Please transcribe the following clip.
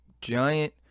giant